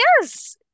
Yes